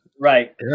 Right